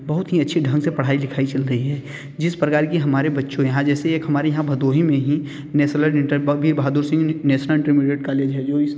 बहुत हीं अच्छे ढंग से पढ़ाई लिखाई चल रही है जिस प्रकार की हमारे बच्चों यहाँ जैसे एक हमारे यहाँ भदोही में ही नेसलर इंटर बहादुर सिंह नेसनल इनर्मीडीइट कॅालेज है जो इस